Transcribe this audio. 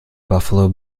buffalo